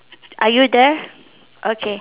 are you there okay